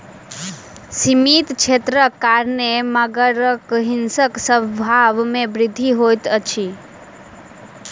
सीमित क्षेत्रक कारणेँ मगरक हिंसक स्वभाव में वृद्धि होइत अछि